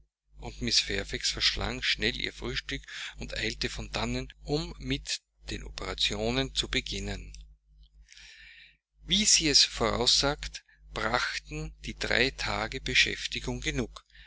und mrs fairfax verschlang schnell ihr frühstück und eilte von dannen um mit den operationen zu beginnen wie sie es vorausgesagt brachten die drei tage beschäftigung genug